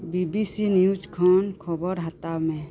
BBC news ᱠᱷᱚᱱ ᱠᱷᱚᱵᱚᱨ ᱦᱟᱛᱟᱣ ᱢᱮ